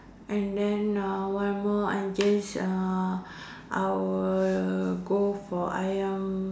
and then uh one more I just uh I will go for ayam